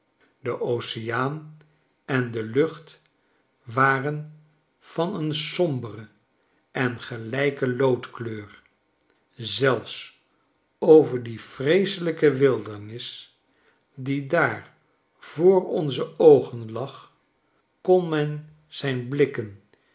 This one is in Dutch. de oceaan en de lucht waren van een sombere en gelijke loodkleur zelfs over die vreeselijke wildernis die daar voor onze oogen lag kon men zijn blikken